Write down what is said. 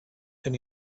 then